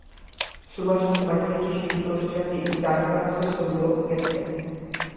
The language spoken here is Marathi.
सुभाषान बटाट्याची शेती करुच्यासाठी जाणकारांचो सल्लो घेतल्यान